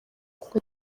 kuko